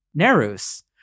Nerus